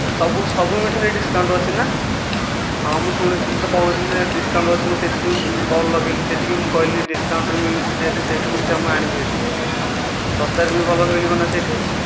ସବୁ ସବୁ ମିଠାରେ ଡ଼ିସ୍କାଉଣ୍ଟ୍ ଅଛି ନା ହଁ ମୁଁ ଶୁଣିଥିଲି ତ କହୁଥିଲେ ଡ଼ିସ୍କାଉଣ୍ଟ୍ ଅଛି ମୁଁ ସେଥିପାଇଁ କଲ୍ ଲଗାଇଲି ସେଠିକି ମୁଁ କହିଲି ଡ଼ିସ୍କାଉଣ୍ଟ୍ରେ ମିଳୁଛି ଯେହେତୁ ସେଇଠୁ ମିଠା ମୁଁ ଆଣିବି ଭାରି ଶସ୍ତାରେ ବି ଭଲ ମିଳିବ ନା ସେଇଠି